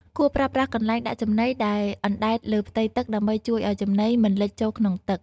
គួរប្រើប្រាស់កន្លែងដាក់ចំណីដែលអណ្ដែតលើផ្ទៃទឹកដើម្បីជួយឲ្យចំណីមិនលិចចូលក្នុងទឹក។